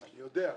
אני יודע.